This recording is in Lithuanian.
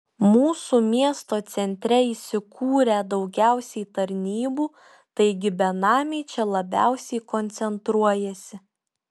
mūsų miesto centre įsikūrę daugiausiai tarnybų taigi benamiai čia labiausiai koncentruojasi